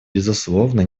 безусловно